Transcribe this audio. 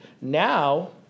Now